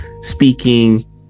speaking